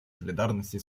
солидарности